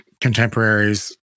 contemporaries